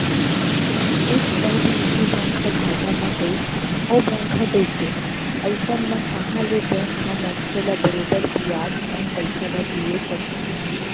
एक पइत निजी बैंक ह घाटा म गइस ओ बेंक ह डूबगे अइसन म कहॉं ले बेंक ह मनसे ल बरोबर बियाज संग पइसा ल दिये सकही